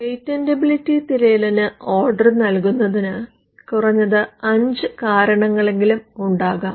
patentability തിരയലിന് order നൽകുന്നതിന് കുറഞ്ഞത് 5 കാരണങ്ങളെങ്കിലും ഉണ്ടാകാം